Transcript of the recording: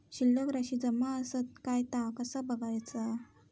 शिल्लक राशी जमा आसत काय ता कसा बगायचा?